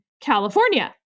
California